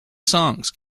songs